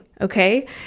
okay